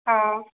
हा